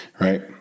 right